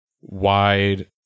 Wide